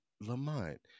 Lamont